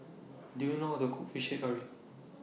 Do YOU know How to Cook Fish Head Curry